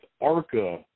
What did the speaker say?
ARCA